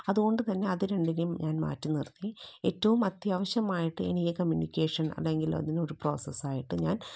അതുകൊണ്ടു തന്നെ അത് രണ്ടിനേയും ഞാൻ മാറ്റി നിർത്തി ഏറ്റവും അത്യാവിശ്യമായിട്ട് കമ്മ്യൂണിക്കേഷൻ അല്ലെങ്കിൽ അതിനൊരു പ്രോസസ്സായിട്ട് ഞാൻ